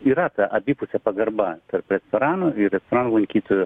yra ta abipusė pagarba tarp restorano ir restorano lankytojo